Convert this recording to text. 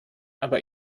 aber